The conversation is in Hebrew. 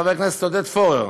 חבר הכנסת עודד פורר,